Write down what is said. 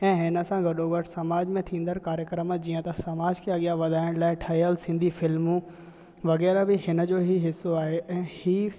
ऐं हिन सां गॾो गॾु समाज में थींदड़ कार्यक्रम जीअं त समाज खे अॻियां वधाइण लाइ ठहियलु सिंधी फ़िल्मूं वग़ैरह बि हिन जो ई हिसो आहे ऐं हीउ